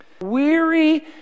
Weary